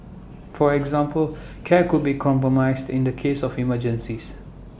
for example care could be compromised in the case of emergencies